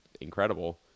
incredible